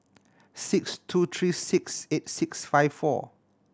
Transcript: six two three six eight six five four